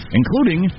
including